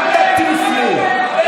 אל תטיף לי.